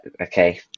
okay